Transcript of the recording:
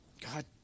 God